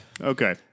Okay